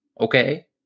okay